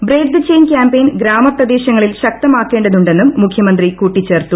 break the chain campaign ഗ്രാമപ്രദേശങ്ങളിൽ ശക്തമാക്കേണ്ടതുണ്ടെന്നും മുഖ്യമന്ത്രി കൂട്ടിച്ചേർത്തു